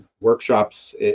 workshops